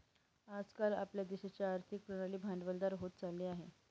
आज काल आपल्या देशाची आर्थिक प्रणाली भांडवलदार होत चालली आहे